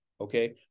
okay